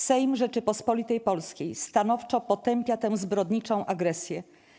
Sejm Rzeczypospolitej Polskiej stanowczo potępia tę zbrodniczą agresję.